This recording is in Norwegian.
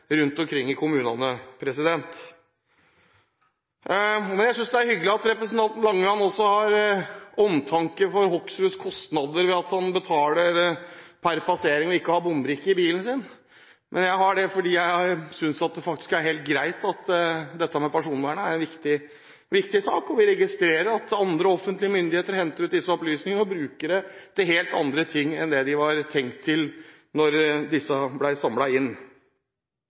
omtanke for Hoksruds kostnader når han betaler per passering og ikke har bombrikke i bilen sin. Jeg gjør det fordi jeg synes personvernet er en viktig sak, og vi registrerer at andre offentlige myndigheter henter ut disse opplysningene og bruker dem til helt andre ting enn det de var tiltenkt, da de ble samlet inn.